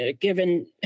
given